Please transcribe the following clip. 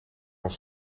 ons